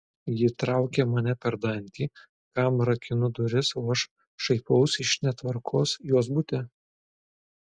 ji traukia mane per dantį kam rakinu duris o aš šaipausi iš netvarkos jos bute